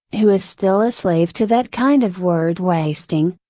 who is still a slave to that kind of word wasting,